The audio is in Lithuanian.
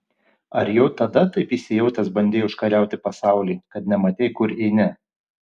ar jau tada taip įsijautęs bandei užkariauti pasaulį kad nematei kur eini